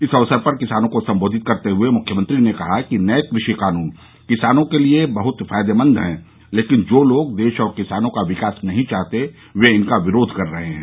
इस अवसर पर किसानों को संबोधित करते हुए मुख्यमंत्री ने कहा है कि नए कृषि कानून किसानों के लिए बहुत फायदेमंद हैं लेकिन जो लोग देश और किसानों का विकास नहीं चाहते हैं वे इनका विरोध कर रहे हैं